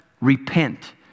repent